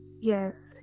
yes